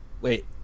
Wait